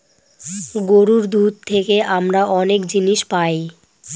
গরুর দুধ থেকে আমরা অনেক জিনিস পায়